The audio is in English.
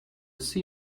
see